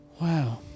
Wow